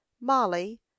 molly